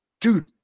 Dude